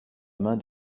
main